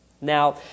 Now